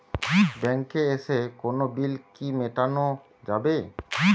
ব্যাংকে এসে কোনো বিল কি মেটানো যাবে?